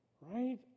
right